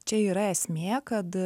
čia yra esmė kad